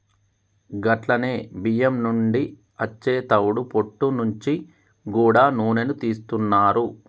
గట్లనే బియ్యం నుండి అచ్చే తవుడు పొట్టు నుంచి గూడా నూనెను తీస్తున్నారు